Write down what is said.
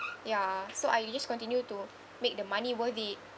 ya so I just continue to make the money worth it